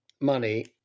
money